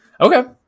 Okay